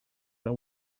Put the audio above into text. that